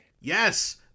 Yes